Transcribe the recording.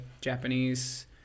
Japanese